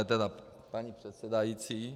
tedy paní předsedající.